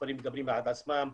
שהמספרים מדברים בעד עצמם,